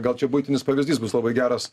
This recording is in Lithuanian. gal čia buitinis pavyzdys bus labai geras